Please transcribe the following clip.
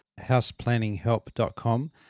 houseplanninghelp.com